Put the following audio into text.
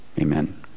amen